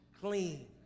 clean